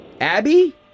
Abby